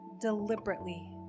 deliberately